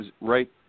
right